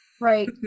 Right